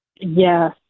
Yes